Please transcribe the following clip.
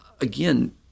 again